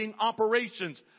operations